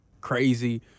crazy